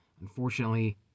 Unfortunately